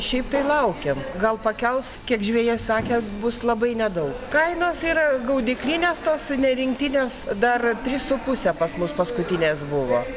šiaip tai laukiam gal pakels kiek žvejai sakė bus labai nedaug kainos yra gaudyklinės tos ne rinktinės dar tris su puse pas mus paskutinės buvo